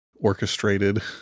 orchestrated